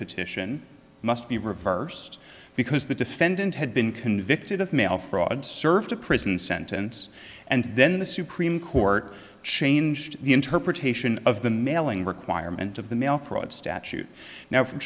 petition must be reversed because the defendant had been convicted of mail fraud served a prison sentence and then the supreme court changed the interpretation of the mailing requirement of the mail fraud statute now f